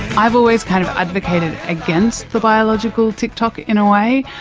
i've always kind of advocated against the biological tick-tock in a way,